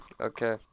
Okay